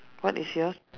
what is yours